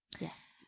Yes